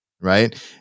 right